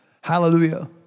Hallelujah